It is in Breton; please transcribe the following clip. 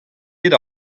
bet